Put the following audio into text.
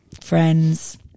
friends